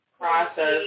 process